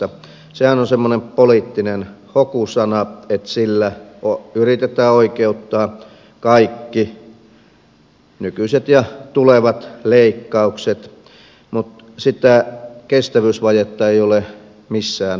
sehän on semmoinen poliittinen hokusana että sillä yritetään oikeuttaa kaikki nykyiset ja tulevat leikkaukset mutta sitä kestävyysvajetta ei ole missään määritelty